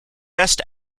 best